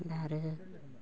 दा आरो